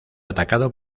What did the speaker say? atacado